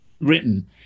written